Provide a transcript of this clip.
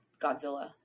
Godzilla